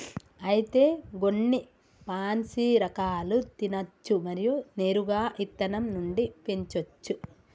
అయితే గొన్ని పాన్సీ రకాలు తినచ్చు మరియు నేరుగా ఇత్తనం నుండి పెంచోచ్చు